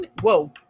Whoa